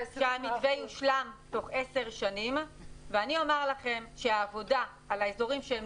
שהמתווה יושלם תוך 10 שנים ואני אומר לכם שהעבודה על האזורים שהם